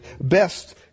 best